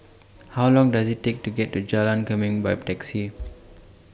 How Long Does IT Take to get to Jalan Kemuning By Taxi